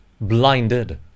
blinded